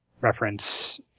reference –